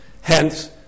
Hence